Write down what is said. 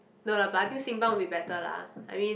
no lah but I think Simpang will be better lah I mean